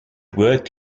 worked